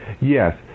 Yes